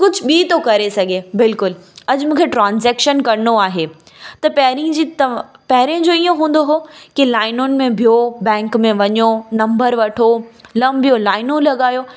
कुझु बि थो करे सघे बिल्कुलु अॼु मूंखे ट्रांजेक्शन करिणो आहे त पहिरीं जे त पहिरें जो ईअं हूंदो हो कि लाइनुनि में बीहो बैंक में वञो नम्बर वठो लंबियूं लाइनूं लॻायो